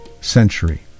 century